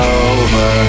over